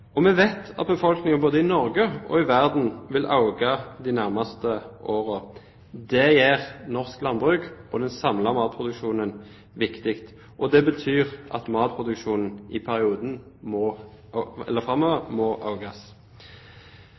Vi vet at befolkningen både i Norge og i resten av verden vil øke de nærmeste årene. Det gjør norsk landbruk og den samlede matproduksjonen viktig. Det betyr at matproduksjonen framover må